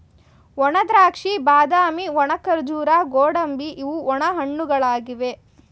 ಒಣದ್ರಾಕ್ಷಿ, ಬಾದಾಮಿ, ಒಣ ಖರ್ಜೂರ, ಗೋಡಂಬಿ ಇವು ಒಣ ಹಣ್ಣುಗಳಾಗಿವೆ